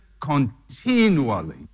continually